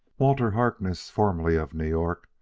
walter harkness, formerly of new york,